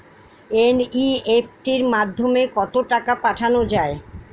NEFT মাধ্যমে কত টাকা পাঠানো যায়?